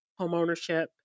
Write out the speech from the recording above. homeownership